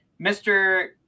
Mr